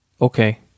Okay